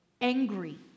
angry